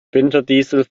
winterdiesel